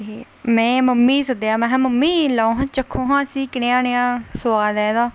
ते में मम्मी गी सद्देआ कि मम्मी लैओ हां चक्खो हां इसी कि कनेहा नेहा सोआद ऐ एह्दा